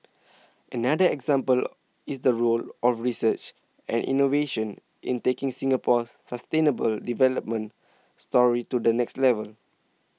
another example is the role of research and innovation in taking Singapore's sustainable development story to the next level